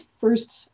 first